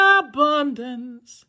abundance